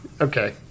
okay